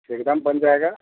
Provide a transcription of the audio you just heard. एकदम बन जाएगा